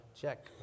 check